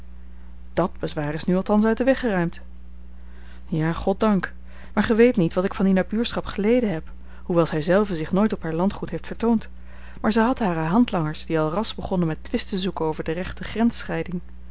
dàt bezwaar is nu althans uit den weg geruimd ja goddank maar gij weet niet wat ik van die nabuurschap geleden heb hoewel zij zelve zich nooit op haar landgoed heeft vertoond maar zij had hare handlangers die al ras begonnen met twist te zoeken over de rechte